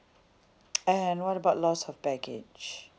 and what about loss of baggage